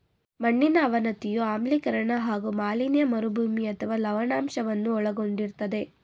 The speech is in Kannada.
ಮಣ್ಣಿನ ಅವನತಿಯು ಆಮ್ಲೀಕರಣ ಹಾಗೂ ಮಾಲಿನ್ಯ ಮರುಭೂಮಿ ಅಥವಾ ಲವಣಾಂಶವನ್ನು ಒಳಗೊಂಡಿರ್ತದೆ